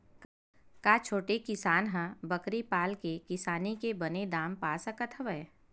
का छोटे किसान ह बकरी पाल के किसानी के बने दाम पा सकत हवय?